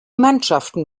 mannschaften